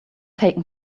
taken